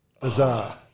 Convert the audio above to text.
Bizarre